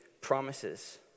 promises